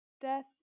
death